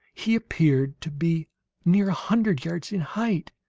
he appeared to be near a hundred yards in height